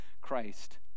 Christ